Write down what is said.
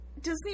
Disney